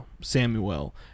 samuel